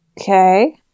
Okay